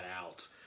out